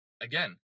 again